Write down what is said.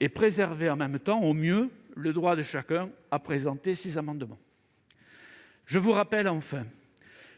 et préserver, autant que faire se peut, le droit de chacun à présenter ses amendements. Enfin, je vous rappelle